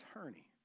attorney